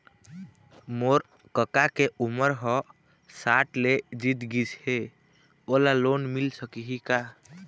मोर कका के उमर ह साठ ले जीत गिस हे, ओला लोन मिल सकही का?